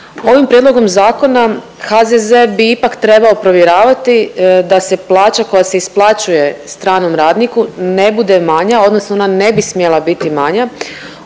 Ovim prijedlogom zakona HZZ bi ipak trebao provjeravati da se plaća koja se isplaćuje stranom radniku ne bude manja odnosno ona ne bi smjela biti manja